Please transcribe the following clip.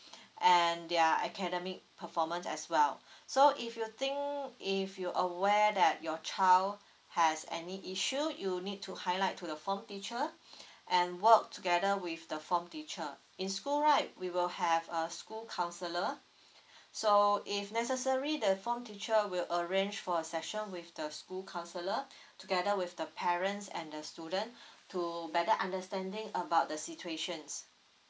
and their academic performance as well so if you think if you aware that your child has any issue you need to highlight to the form teacher and work together with the form teacher in school right we will have a school counselor so if necessary the form teacher will arrange for a session with the school counselor together with the parents and the student to better understanding about the situations